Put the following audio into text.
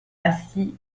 assis